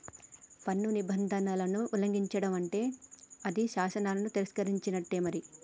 పన్ను నిబంధనలను ఉల్లంఘిచడం అంటే అది శాసనాలను యతిరేకించినట్టే మరి